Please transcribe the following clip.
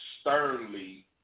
sternly